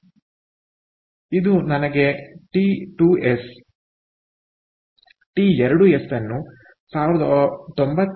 ಆದ್ದರಿಂದ ಇದು ನನಗೆ ಟಿ 2ಎಸ್ ಅನ್ನು 1092